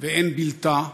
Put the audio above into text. ואין בלתה,